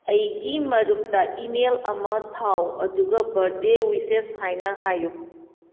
ꯑꯩꯒꯤ ꯃꯔꯨꯞꯇ ꯏꯃꯦꯜ ꯑꯃ ꯊꯥꯎ ꯑꯗꯨꯒ ꯕꯥꯔꯠꯗꯦ ꯋꯤꯁꯦꯁ ꯍꯥꯏꯅ ꯍꯥꯏꯎ